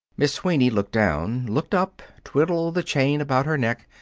miss sweeney looked down, looked up, twiddled the chain about her neck.